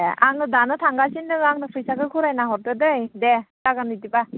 एह आंनो दानो थांगासिनो दङ आंनो फैसाखौ गुरायना हरदो दै दे जागोन बिदिबा